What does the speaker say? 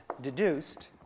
deduced